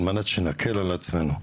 על מנת שנקל על עצמנו.